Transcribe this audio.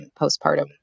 postpartum